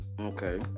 Okay